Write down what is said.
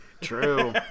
True